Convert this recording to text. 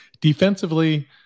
Defensively